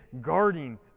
guarding